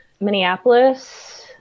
Minneapolis